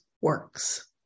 works